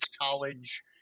college